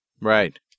Right